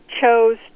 Chose